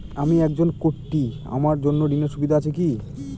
আমি একজন কট্টি আমার জন্য ঋণের সুবিধা আছে কি?